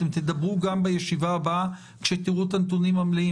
אתם תדברו גם בישיבה הבאה כאשר תיראו את הנתונים המלאים,